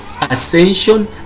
ascension